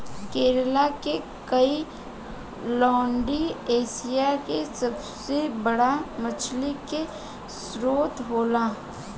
केरल के कोईलैण्डी एशिया के सबसे बड़ा मछली के स्त्रोत होला